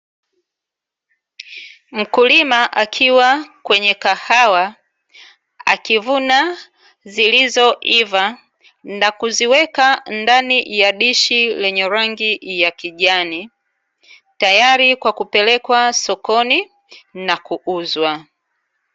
Mkulima akiwa kwenye kahawa akivuna zilizoiva na kuziweka ndani ya dishi lenye rangi ya kijani tayari kwa kupelekwa sokoni na kuuzwa.